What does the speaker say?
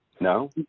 no